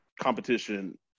competition